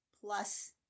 plus